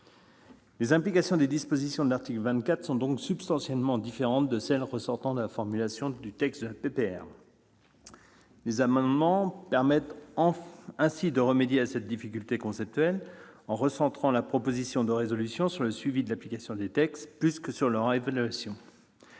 Les implications des dispositions de l'article 24 sont donc substantiellement différentes de celles qui ressortent de la formulation de la proposition de résolution. Les amendements permettent de remédier à cette difficulté conceptuelle en recentrant la proposition de résolution sur le suivi de l'application des textes plutôt que sur leur évaluation